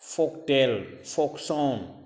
folktale ꯐꯣꯛꯁꯣꯡ